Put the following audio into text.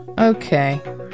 Okay